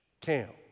camp